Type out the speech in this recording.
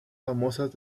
famosas